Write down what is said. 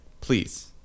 please